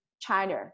China